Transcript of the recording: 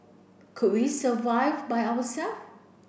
could we survive by our self